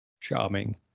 charming